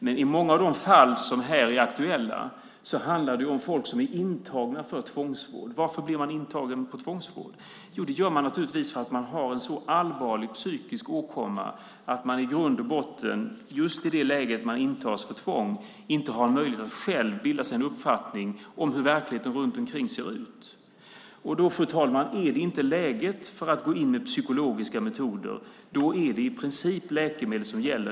Men i många av de fall som här är aktuella handlar det om folk som är intagna för tvångsvård. Varför blir man intagen för tvångsvård? Jo, det blir man naturligtvis för att man har en så allvarlig psykisk åkomma att man i grund och botten just i det läge då man intas med tvång inte har en möjlighet att själv bilda sig en uppfattning om hur verkligheten runt omkring ser ut. Då är det inte läge att gå in med psykologiska metoder. Då är det i princip läkemedel som gäller.